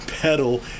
pedal